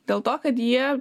dėl to kad jie